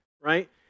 right